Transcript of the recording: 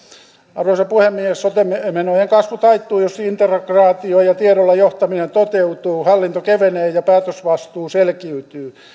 arvoisa puhemies sote menojen kasvu taittuu jos integraatio ja tiedolla johtaminen toteutuvat hallinto kevenee ja päätösvastuu selkiytyy